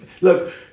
look